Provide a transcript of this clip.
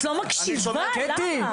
את לא מקשיבה, למה?